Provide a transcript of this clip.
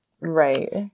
Right